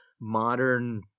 modern